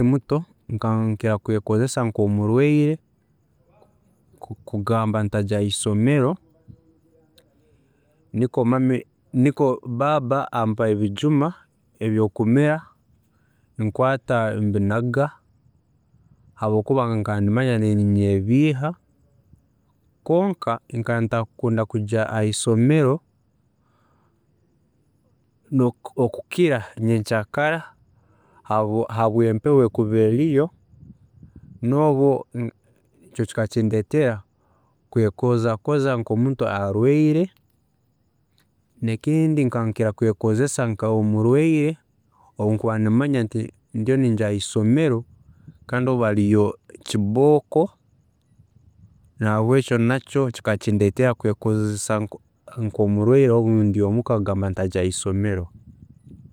﻿Obu nkaba ndi muto, nkaba nkira kwekozesa nkomurwiire kugamba ntagya ahaisomero, nikwe baaba ampa ebijuma ebyokumira nikwe nkwaata mbinaga habwokuba nkaba nimanya ninyebiiha kwonka nkaba ntakukunda kugya ahaisomero okukira nyenkya kara habwembeho erikuba eriyo nobu nikyo kikaba kindeetera kwekozakoza nkomuntu owarwiire, nekindi nkaba nkira kwekozesa nkomurwiire obundikuba nimanya nti ndiyo ninjya haisomero kandi obu hariyo kibooko nahabwekyo nakyo kikaba kindeetera kwekozesa nkomurwiire obu ndi omuka kugamba ntajya haisomero